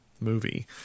movie